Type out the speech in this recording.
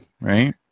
right